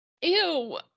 Ew